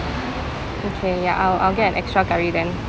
okay ya I'll I'll get an extra curry then